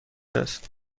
است